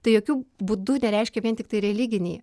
tai jokių būdu nereiškia vien tiktai religinį